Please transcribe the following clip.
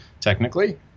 technically